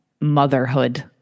motherhood